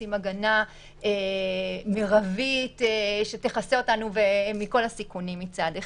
רוצים הגנה מרבית שתכסה אותנו מכל הסיכונים מצד אחד,